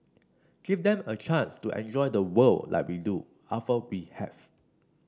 give them a chance to enjoy the world like we do after we have